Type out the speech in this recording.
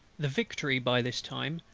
the victory by this time,